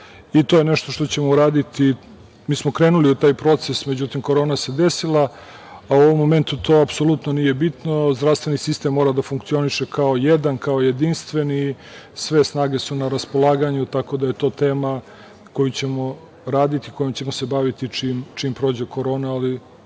i to je nešto što ćemo uraditi. Mi smo krenuli u taj proces, međutim korona se desila, a u ovom momentu to apsolutno nije bitno, zdravstveni sistem mora da funkcioniše kao jedna, kao jedinstven. Sve snage su na raspolaganju, tako da je to tema koju ćemo raditi, kojom ćemo se baviti čim prođe korona,